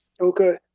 okay